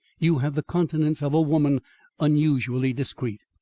you have the countenance of a woman unusually discreet.